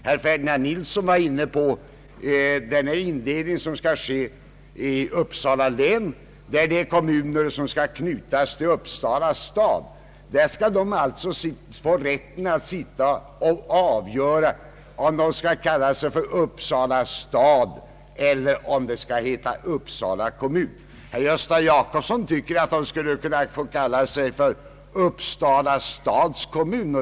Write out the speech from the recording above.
Herr Ferdinand Nilsson var inne på den indelning som skall ske i Uppsala län. De kommuner som skall knytas till Uppsala stad skulle få rätten att avgöra om de skall kalla sig Uppsala stad eller om det skall heta Uppsala kommun. Herr Gösta Jacobsson tycker att de skulle kunna få kalla sig för Uppsala stads kommun.